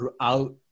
throughout